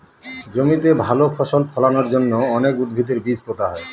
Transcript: জমিতে ভালো ফসল ফলানোর জন্য অনেক উদ্ভিদের বীজ পোতা হয়